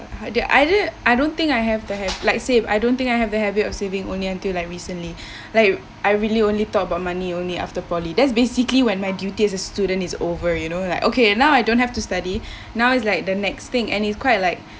I d~ I d~ I don't think I have the h~ like save I don't think I have a habit of saving only until like recently like I really only talk about money only after poly that's basically when my duty as a student is over you know like okay now I don't have to study now is like the next thing and is quite like